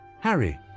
Harry